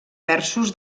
versos